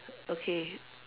okay